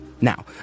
Now